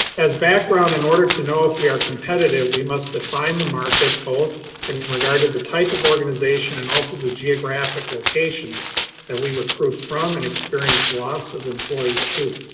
as background in order to know if we are competitive, we must define the market both in regard to the type of organization and also the geographic locations that we recruit from and experience loss of employees to.